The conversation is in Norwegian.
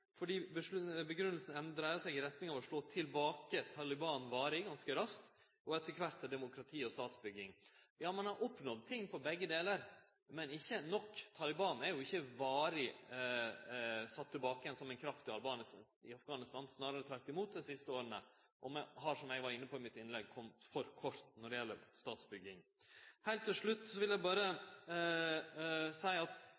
retning av å slå Taliban varig tilbake, og etter kvart til demokrati og statsbygging. Ja, ein har oppnådd ting på begge område, men ikkje nok. Taliban er ikkje sett varig tilbake som ei kraft i Afghanistan dei siste åra, snarare tvert imot. Og vi har, som eg var inne på i innlegget mitt, kome for kort når det gjeld statsbygging. Heilt til slutt vil eg berre seie at